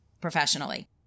professionally